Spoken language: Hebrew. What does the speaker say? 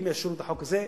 אם יאשרו את החוק הזה,